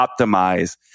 optimize